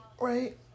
right